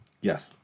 Yes